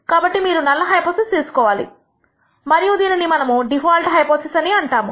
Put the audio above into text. కాబట్టి మీరు null hypothesis తీసుకోవాలి మరియు మనము దీనిని డిఫాల్ట్ హైపోథిసిస్ అని అంటాము